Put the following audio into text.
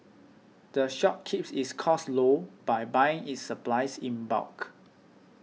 the shop keeps its costs low by buying its supplies in bulk